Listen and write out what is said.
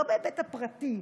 לא בהיבט הפרטי,